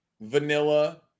vanilla